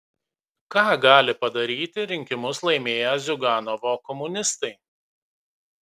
ką gali padaryti rinkimus laimėję ziuganovo komunistai